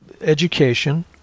Education